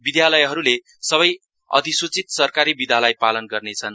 विधालयहरूले सबै अधिसूचित सरकारी विदालाई पालन गर्नेछन्